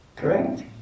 Correct